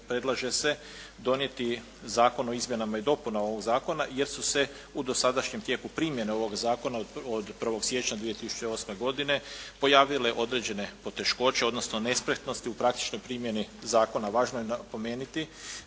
predlaže se donijeti zakon o izmjenama i dopunama ovog zakona jer su se u dosadašnjem tijeku primjene ovoga zakona od 1. siječnja 2008. godine pojavila određene poteškoće, odnosno nespretnosti u praktičnoj primjeni zakona. Važno je napomenuti